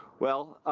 well